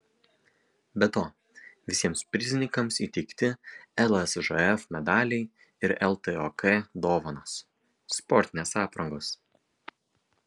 be to visiems prizininkams įteikti lsžf medaliai ir ltok dovanos sportinės aprangos